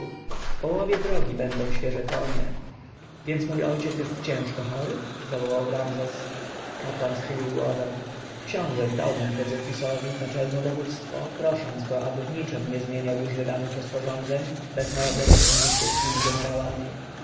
połowie drogi będą świeże konie więc mój ojciec jest ciężko chory zawołał ramzes kapłan schylił głowę książę zdał mentezufisowi naczelne dowództwo prosząc go aby w niczem nie zmieniał już wydanych rozporządzeń bez naradzenia się ze świeckimi jenerałami